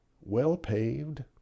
well-paved